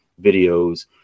videos